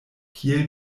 kiel